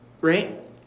Right